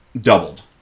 doubled